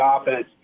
offense